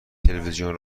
تلویزیون